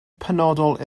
penodol